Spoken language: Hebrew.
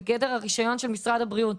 בגדר הרישיון של משרד הבריאות.